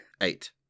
Eight